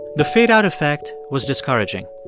the fade-out effect was discouraging.